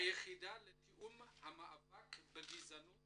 היחידה לתיאום המאבק בגזענות